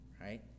right